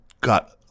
got